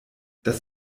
das